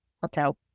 hotel